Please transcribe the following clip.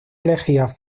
elegidas